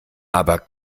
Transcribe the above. aber